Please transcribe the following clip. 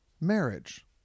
marriage